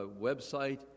website